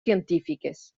científiques